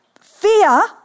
fear